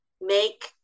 make